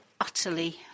utterly